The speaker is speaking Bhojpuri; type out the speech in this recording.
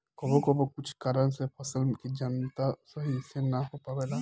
कबो कबो कुछ कारन से फसल के जमता सही से ना हो पावेला